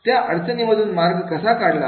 त्या अडचणींमधून मार्ग कसा काढला